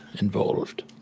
involved